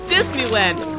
Disneyland